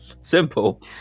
Simple